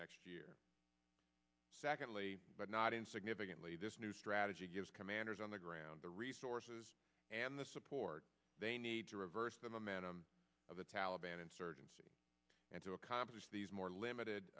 next year secondly but not in significantly this new strategy gives commanders on the ground the resources and the support they need to reverse the momentum of the taliban insurgency and to accomplish these more limited